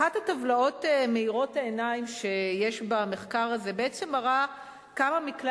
אחת הטבלאות מאירות העיניים שיש במחקר הזה בעצם מראה כמה מכלי